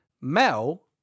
Mel